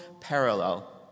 parallel